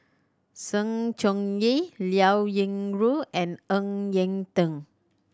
Sng Choon Yee Liao Yingru and Ng Eng Teng